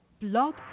Blog